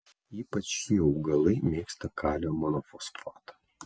ypač šie augalai mėgsta kalio monofosfatą